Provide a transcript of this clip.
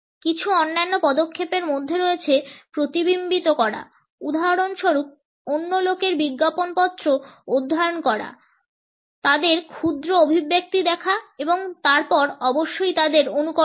কিছু অন্যান্য পদক্ষেপের মধ্যে রয়েছে প্রতিবিম্বিত করা উদাহরণস্বরূপ অন্য লোকের বিজ্ঞাপন পত্র অধ্যয়ন করা তাদের ক্ষুদ্র অভিব্যক্তি দেখা এবং তারপর অবশ্যই তাদের অনুকরণ করা